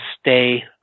stay